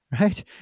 right